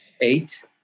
eight